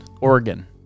Oregon